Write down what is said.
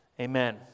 Amen